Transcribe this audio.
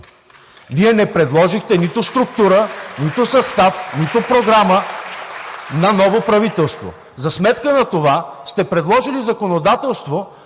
Вие не предложихте нито структура, нито състав, нито програма на ново правителство. За сметка на това сте предложили законодателство,